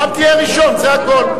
פעם תהיה ראשון, זה הכול.